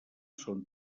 són